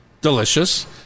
Delicious